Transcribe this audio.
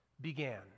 began